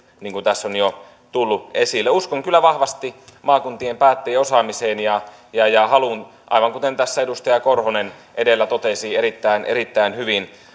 niin kuin tässä on jo tullut esille uskon kyllä vahvasti maakuntien päättäjien osaamiseen ja ja haluun aivan kuten tässä edustaja korhonen edellä totesi erittäin erittäin hyvin